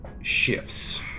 shifts